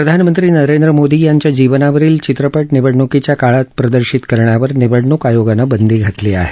प्रधानमंत्री नरेंद्र मोदी यांच्या जीवनावरील चित्रपट निवडणुकीच्या काळात प्रदर्शित करण्यावर निवडणूक आयोगानं बंदी घातली आहे